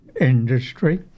industry